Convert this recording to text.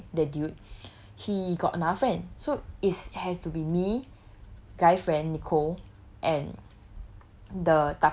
who dabao the mod right that dude he got another friend so is has to be me guy friend nicole and